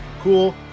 Cool